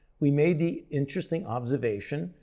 we made the interesting observation,